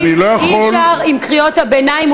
אי-אפשר עם קריאות הביניים,